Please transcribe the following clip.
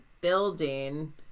building